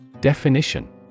Definition